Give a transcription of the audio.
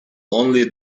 only